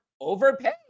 overpay